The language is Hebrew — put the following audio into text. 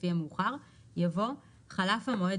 לפי המאוחר" יבוא "חלף המועד,